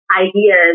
ideas